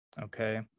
Okay